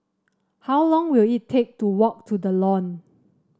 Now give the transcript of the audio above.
how long will it take to walk to The Lawn